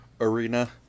arena